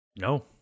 No